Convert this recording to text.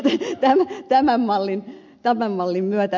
nyt että tämä malli tämän mallin myötä